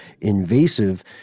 invasive